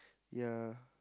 ya